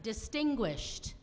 distinguished